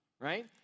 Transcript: right